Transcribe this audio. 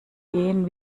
gehen